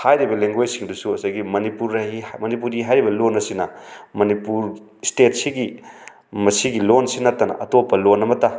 ꯍꯥꯏꯔꯤꯕ ꯂꯦꯡꯒ꯭ꯋꯦꯖꯁꯤꯡꯗꯨꯁꯨ ꯉꯁꯥꯏꯒꯤ ꯃꯅꯤꯄꯨꯔꯤ ꯍꯥꯏꯔꯤꯕ ꯂꯣꯟ ꯑꯁꯤꯅ ꯃꯅꯤꯄꯨꯔ ꯏꯁꯇꯦꯠꯁꯤꯒꯤ ꯃꯁꯤꯒꯤ ꯂꯣꯟꯁꯤ ꯅꯠꯇꯅ ꯑꯇꯣꯞꯄ ꯂꯣꯟ ꯑꯃꯠꯇ